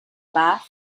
bath